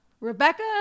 Rebecca